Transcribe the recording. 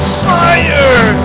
fire